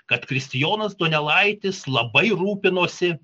kad kristijonas donelaitis labai rūpinosi